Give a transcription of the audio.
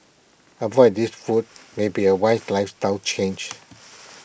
avoid these foods may be A wise lifestyle change